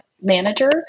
manager